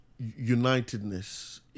unitedness